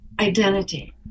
identity